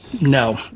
No